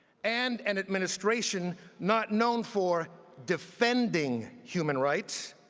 and an administration not known for defending human rights,